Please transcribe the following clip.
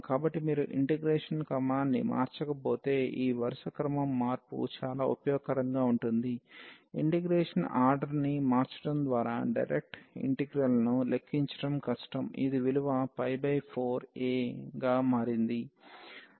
కాబట్టి మీరు ఇంటిగ్రేషన్ క్రమాన్ని మార్చకపోతే ఈ వరుస క్రమం మార్పు చాలా ఉపయోగకరంగా ఉంటుంది ఇంటిగ్రేషన్ ఆర్డర్ని మార్చడం ద్వారా డైరెక్ట్ ఇంటిగ్రల్ ను లెక్కించడం కష్టం ఇది విలువ 4a గా మారింది